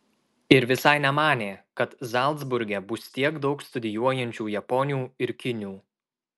ir visai nemanė kad zalcburge bus tiek daug studijuojančių japonių ir kinių